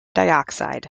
dioxide